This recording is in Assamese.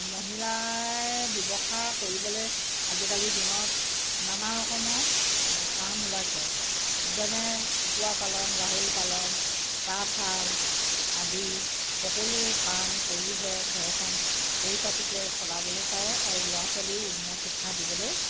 মহিলাই ব্যৱসায় কৰিবলৈ আজিকালি দিনত নানা ৰকমৰ কাম ওলাইছে যেনে কুকুৰা পালন গাহৰি পালন তাঁতশাল আদি সকলো কাম কৰিহে ঘৰখন পৰিপাটিকৈ চলাবলৈ পাৰে আৰু ল'ৰা ছোৱালীও উন্নত শিক্ষা দিবলৈ